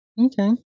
Okay